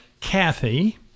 Kathy